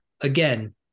again